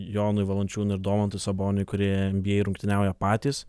jonui valančiūnui domantui saboniui kurie nba rungtyniauja patys